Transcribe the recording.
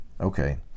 Okay